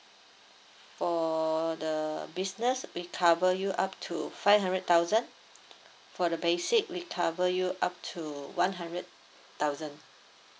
for the business we'll cover you up to five hundred thousand for the basic we'll cover you up to one hundred thousand